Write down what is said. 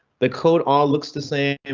the code all looks the same, and